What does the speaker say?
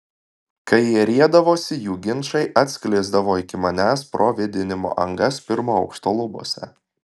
kai jie riedavosi jų ginčai atsklisdavo iki manęs pro vėdinimo angas pirmo aukšto lubose